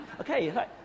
Okay